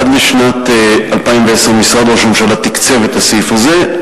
עד לשנת 2010 משרד ראש הממשלה תקצב את הסעיף הזה.